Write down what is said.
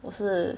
我是